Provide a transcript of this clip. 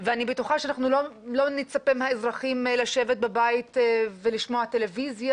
ואני בטוחה שאנחנו לא נצפה מהאזרחים לשבת בבית ולשמוע טלוויזיה.